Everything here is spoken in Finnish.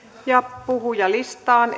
ja puhujalistaan